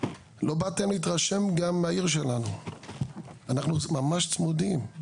לא באתם להתרשם גם מהעיר שלנו, אנחנו ממש צמודים.